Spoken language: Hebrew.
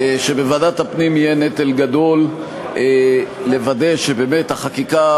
שבוועדת הפנים יהיה נטל גדול לוודא שבאמת החקיקה